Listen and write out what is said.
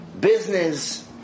business